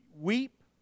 weep